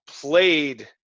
played